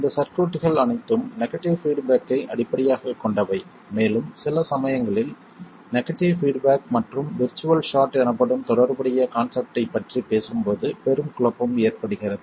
இந்த சர்க்யூட்கள் அனைத்தும் நெகடிவ் பீட்பேக்கை அடிப்படையாகக் கொண்டவை மேலும் சில சமயங்களில் நெகடிவ் பீட்பேக் மற்றும் விர்ச்சுவல் ஷார்ட் எனப்படும் தொடர்புடைய கான்செப்ட்டைப் பற்றி பேசும்போது பெரும் குழப்பம் ஏற்படுகிறது